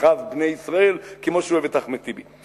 אחיו בני ישראל כמו שהוא אוהב את אחמד טיבי.